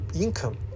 income